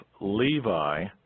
Levi